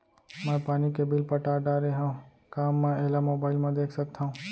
मैं पानी के बिल पटा डारे हव का मैं एला मोबाइल म देख सकथव?